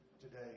today